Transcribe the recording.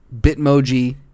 Bitmoji